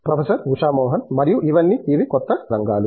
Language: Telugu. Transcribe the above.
ప్రొఫెసర్ ఉషా మోహన్ మరియు ఇవన్నీ ఇవి కొత్త రంగాలు